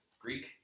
Greek